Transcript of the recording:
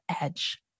edge